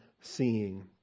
seeing